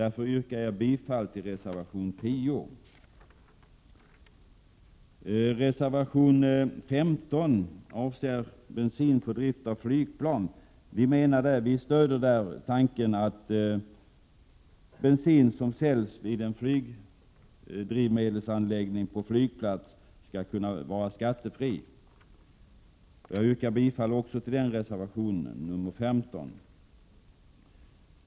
Därför yrkar jag bifall till reservation 10. Reservation 15 avser bensin för drift av flygplan. Vi stödjer där tanken att bensin som säljs vid en flygdrivmedelsanläggning på en flygplats skall vara skattefri. Jag yrkar bifall till denna reservation.